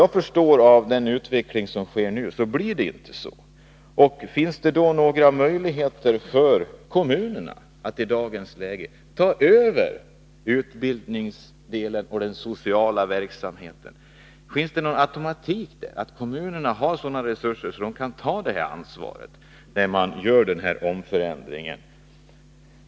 Att döma av den utveckling som nu pågår så blir det inte så. Finns det då några möjligheter för kommunerna att i dagens läge ta över utbildningsdelen och den sociala verksamheten? Finns det någon automatik därvidlag? Har kommunerna sådana resurser att de kan ta det ansvaret när man gör den här förändringen?